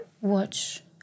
watch